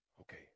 Okay